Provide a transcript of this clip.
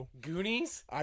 Goonies